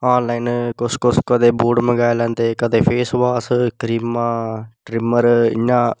online boot मगांई लैंदे कदें फेसवाश करीमा ट्रिमर इ'यां